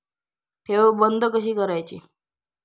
ठेव बंद कशी करायची?